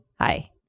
hi